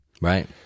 Right